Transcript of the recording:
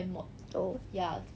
oh